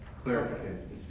Clarification